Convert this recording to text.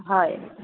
হয়